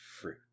fruit